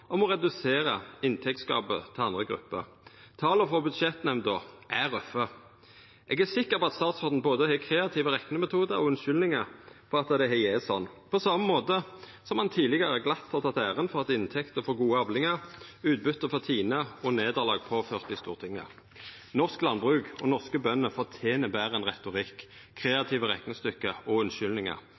redusera inntektsgapet til andre grupper. Tala frå Budsjettnemnda er røffe. Eg er sikker på at statsråden både har kreative reknemetodar og unnskyldningar for at det har gått slik, på same måten som han tidlegare glatt har teke æra for inntekter frå gode avlingar, utbyte frå TINE og nederlag påført i Stortinget. Norsk landbruk og norske bønder fortener betre enn retorikk, kreative reknestykke og unnskyldningar.